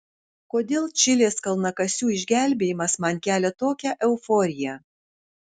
kodėl čilės kalnakasių išgelbėjimas man kelia tokią euforiją